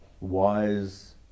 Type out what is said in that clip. wise